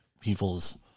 people's